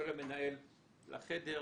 כולל המנהל לחדר,